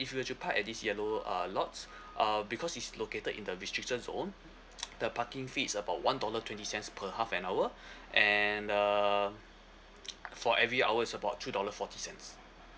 if you were to park at this yellow uh lots uh because it's located in the restriction zone the parking fee is about one dollar twenty cents per half an hour and uh for every hour is about two dollar forty cents